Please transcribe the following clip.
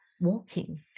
walking